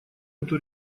эту